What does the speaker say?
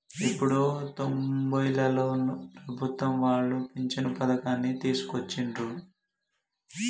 ఎప్పుడో తొంబైలలోనే ప్రభుత్వం వాళ్ళు పించను పథకాన్ని తీసుకొచ్చిండ్రు